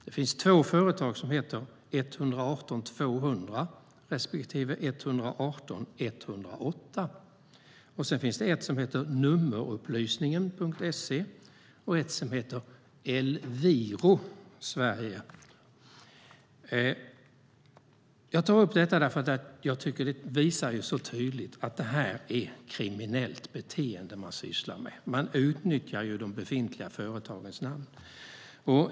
Det finns två företag som heter 118 200 respektive 118 108. Sedan finns det ett som heter Nummerupplysningen.se och ett som heter Elviro Sverige. Jag tar upp detta därför att det så tydligt visar att det är kriminellt beteende man sysslar med. Man utnyttjar de befintliga företagens namn.